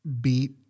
beat